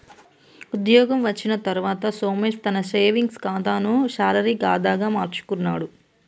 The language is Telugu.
ఉద్యోగం వచ్చిన తర్వాత సోమేశ్ తన సేవింగ్స్ కాతాను శాలరీ కాదా గా మార్చుకున్నాడు